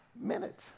minute